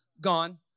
gone